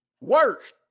work